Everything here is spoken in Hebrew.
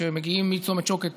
כשמגיעים מצומת שוקת